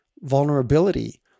vulnerability